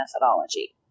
methodology